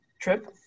trip